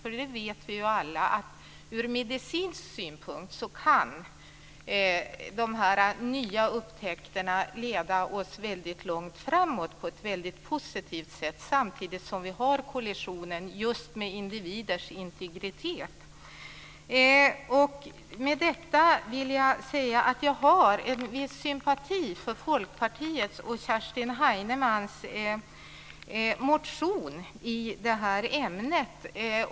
Vi vet alla att dessa nya upptäckter ur medicinsk synpunkt kan leda oss långt framåt på ett positivt sätt samtidigt som det finns en kollision just med individers integritet. Med detta vill jag säga att jag har en viss sympati för Folkpartiets och Kerstin Heinemanns motion i det här ämnet.